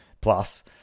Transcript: plus